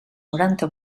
noranta